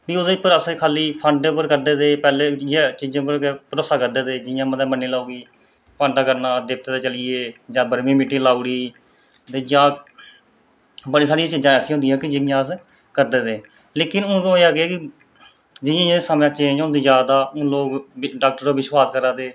फ्ही उंदे पर छड़े फांडे करदे हे कोई भरोसा करदे हे जियां मन्नी लैओ कोई फांडा करना देवकतते दे चली गे जां बर्मी मिट्टी लाई ओड़ो ते जां बड़ियां सारियां ऐसियां चीजां हियां जेह्ड़ियां अस करदे हे ते हून केह् होया कि हून जियां जियां समां चेंज होआ दा लोग डाक्टरें पर विश्वास करा दे